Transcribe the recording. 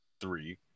three